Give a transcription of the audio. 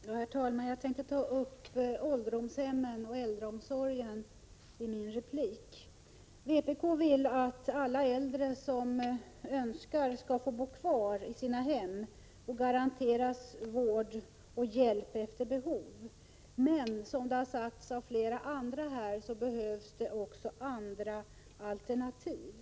Herr talman! Jag tänkte säga något om ålderdomshemmen och äldreomsorgen i min replik. Vpk vill att alla äldre som så önskar skall få bo kvar i sina hem och att de skall garanteras vård och hjälp efter behov. Som det har sagts av flera andra här behövs det dock också andra alternativ.